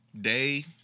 day